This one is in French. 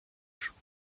jour